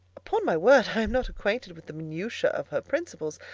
upon my word, i am not acquainted with the minutiae of her principles.